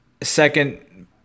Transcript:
second